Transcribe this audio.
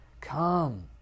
Come